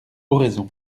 oraison